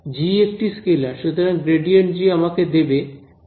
g একটি scalar সুতরাং ∇g আমাকে দেবে